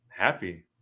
happy